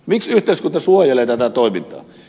miksi yhteiskunta suojelee tätä toimintaa